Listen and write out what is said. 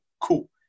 cool